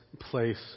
place